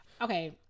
Okay